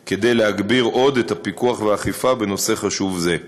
להגביר עוד את הפיקוח והאכיפה בנושא חשוב זה.